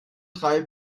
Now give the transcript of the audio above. drei